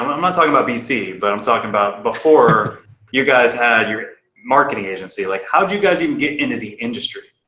i'm not talking about bc, but i'm talking about before you guys had your marketing agency, like how'd you guys even get into the industry?